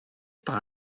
par